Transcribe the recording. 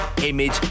image